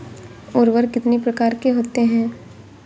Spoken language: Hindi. उर्वरक कितनी प्रकार के होते हैं?